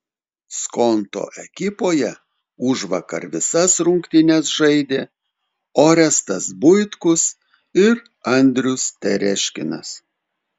skonto ekipoje užvakar visas rungtynes žaidė orestas buitkus ir andrius tereškinas